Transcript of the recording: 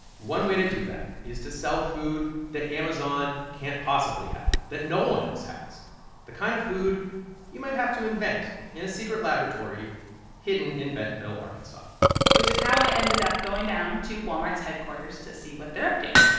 one way to do that is to sell food that amazon can't possibly have, that no one else has the kind of food you might have to invent invent in a secret laboratory hidden in bentonville, ark and which is how i ended up going down to walmart's headquarters to see what they're up to.